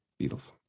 Beatles